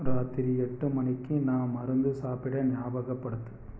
ராத்திரி எட்டு மணிக்கு நான் மருந்து சாப்பிட ஞாபகப்படுத்து